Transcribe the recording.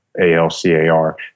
A-L-C-A-R